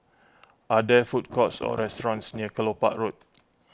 are there food courts or restaurants near Kelopak Road